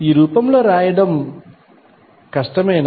ఈ రూపంలో రాయడం కష్టమేనా